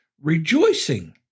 rejoicing